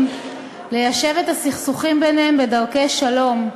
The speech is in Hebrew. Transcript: ליישב את הסכסוכים ביניהם בדרכי שלום,